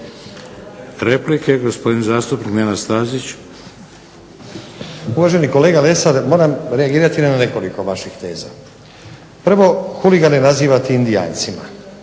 Replika gospodin zastupnik Nenad Stazić. **Stazić, Nenad (SDP)** Uvaženi kolega Lesar moram reagirati na nekoliko vaših teza. Prvo, huligane nazivate indijancima,